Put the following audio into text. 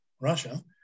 Russia